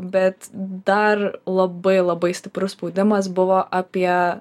bet dar labai labai stiprus spaudimas buvo apie